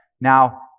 Now